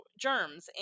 germs